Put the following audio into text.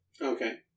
Okay